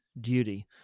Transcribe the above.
Duty